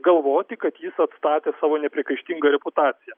galvoti kad jis atstatė savo nepriekaištingą reputaciją